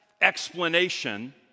explanation